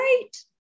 great